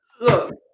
look